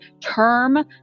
term